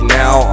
now